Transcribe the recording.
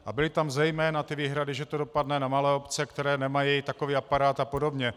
Byly tam zejména výhrady, že to dopadne na malé obce, které nemají takový aparát, a podobně.